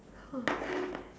oh